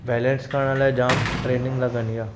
balance करण लाइ जामु ट्रेनिंग लॻंदी आहे